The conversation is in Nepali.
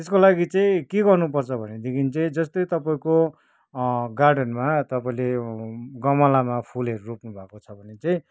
त्यसको लागि चाहिँ के गर्नुपर्छ भनेदेखि चाहिँ जस्तै तपाईँको गार्डनमा तपाईँले गमलामा फुलहरू रोप्नुभएको छ भने चाहिँ